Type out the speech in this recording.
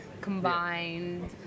combined